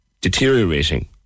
deteriorating